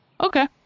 okay